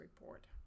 report